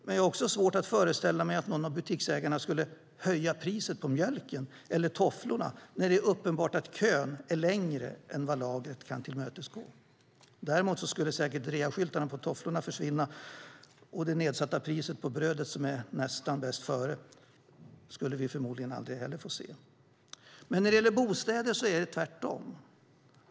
Jag har också svårt att föreställa mig att någon av butiksägarna skulle höja priset på mjölken eller tofflorna när det är uppenbart att kön är längre än lagret kan tillmötesgå. Däremot skulle säkert reaskyltarna på tofflorna försvinna, och det nedsatta priset på bröd som nästan nått bästföredatum skulle vi förmodligen aldrig heller få se. När det gäller bostäder är det tvärtom.